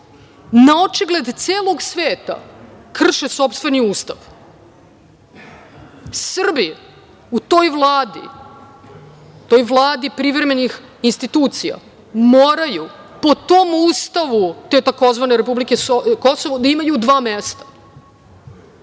naočigled celog sveta, krše sopstveni ustav. Srbi u toj vladi, toj vladi privremenih institucija, moraju po tom ustavu te tzv. republike Kosovo da imaju dva mesta.